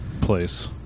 place